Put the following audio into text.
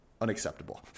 unacceptable